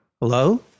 Hello